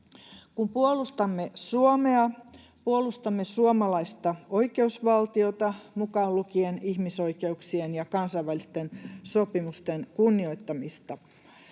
Kun puolustamme Suomea, puolustamme suomalaista oikeusvaltiota mukaan lukien ihmisoikeuksien ja kansainvälisten sopimusten kunnioittamisen.